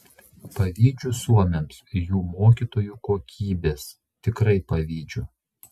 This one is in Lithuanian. pavydžiu suomiams jų mokytojų kokybės tikrai pavydžiu